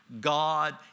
God